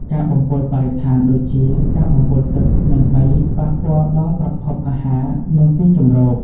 ការបំពុលបរិស្ថានដូចជា ការបំពុលទឹក និងដីប៉ះពាល់ដល់ប្រភពអាហារ និងទីជម្រក។